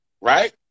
right